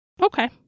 Okay